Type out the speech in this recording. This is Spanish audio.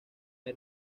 hay